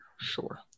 sure